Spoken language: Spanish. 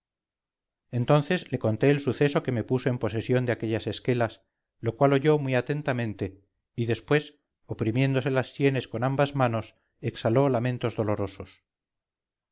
entonces le conté el suceso que me puso en posesión de aquellas esquelas lo cual oyó muy atentamente y después oprimiéndose las sienes con ambas manos exhaló lamentos dolorosos